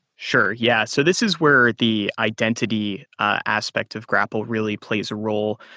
sure. yeah. so this is where the identity aspect of grapl really plays a role.